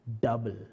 Double